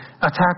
Attack